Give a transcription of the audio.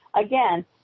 Again